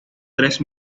tres